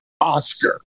Oscar